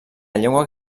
llengua